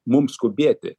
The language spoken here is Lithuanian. mums skubėti